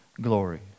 glory